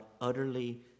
utterly